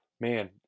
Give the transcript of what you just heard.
Man